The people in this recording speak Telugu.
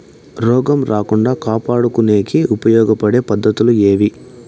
రోగం రాకుండా కాపాడుకునేకి ఉపయోగపడే పద్ధతులు ఏవి?